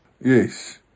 Yes